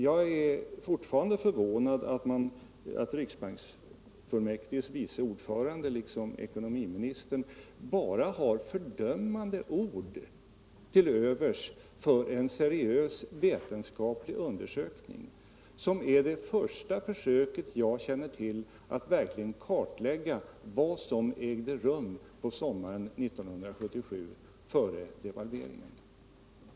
Jag är fortfarande förvånad över att riksbanksfullmäktiges vice ordförande liksom ekonomiministern bara har fördömande ord till övers för en seriös vetenskaplig undersökning; det är det första försök jag känner till att verkligen kartlägga vad som ägde rum före devalveringen sommaren 1977.